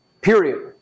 Period